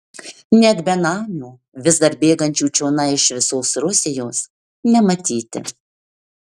net benamių vis dar bėgančių čionai iš visos rusijos nematyti